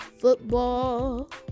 football